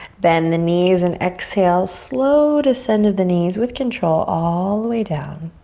bend the knees and exhale slow descend of the knees with control all the way down.